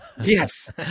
Yes